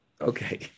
Okay